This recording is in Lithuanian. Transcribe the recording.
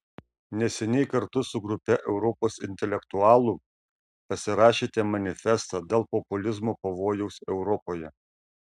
neseniai kartu su grupe europos intelektualų pasirašėte manifestą dėl populizmo pavojaus europoje